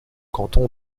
canton